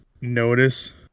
notice